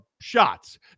shots